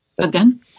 Again